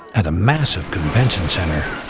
at a massive convention center,